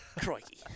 Crikey